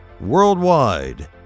Worldwide